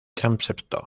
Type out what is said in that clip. transepto